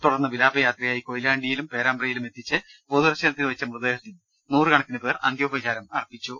തുടർന്ന് വിലാപയാത്രയായി കൊയിലാണ്ടിയിലും പേരാമ്പ്രയിലും എത്തിച്ച് പൊതുദർശനത്തിന് വെച്ച മൃതദേഹത്തിൽ നൂറൂകണക്കിന് പേർ അന്ത്യോപചാരമർപ്പിച്ചു